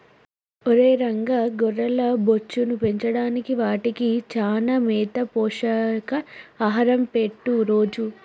ఒరై రంగ గొర్రెల బొచ్చును పెంచడానికి వాటికి చానా మేత పోషక ఆహారం పెట్టు రోజూ